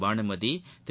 Bhanumathi Thiru